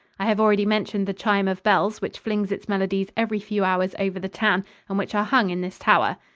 i have already mentioned the chime of bells which flings its melodies every few hours over the town and which are hung in this tower.